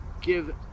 give